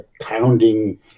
pounding